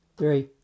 three